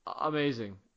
amazing